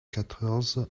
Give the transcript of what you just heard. quatorze